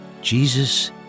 Jesus